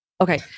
okay